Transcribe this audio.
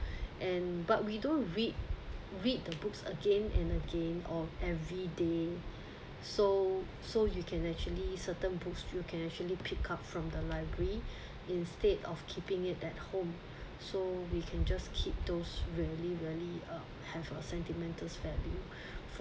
and but we don't read read the books again and again or everyday so so you can actually certain books you can actually pick up from the library instead of keeping it at home so we can just keep those really really uh have a sentimental value